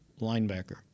linebacker